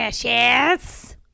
Yes